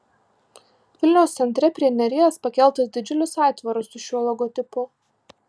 vilniaus centre prie neries pakeltas didžiulis aitvaras su šiuo logotipu